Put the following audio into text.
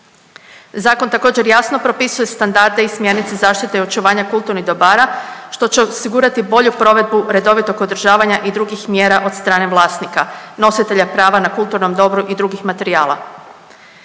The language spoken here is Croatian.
Zakon također jasno propisuje standarde i smjernice zaštite i očuvanja kulturnih dobara što će osigurati bolju provedbu redovitog održavanja i drugih mjera od strane vlasnika nositelja prava na kulturnom dobru i drugih materijala.